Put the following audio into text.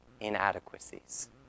inadequacies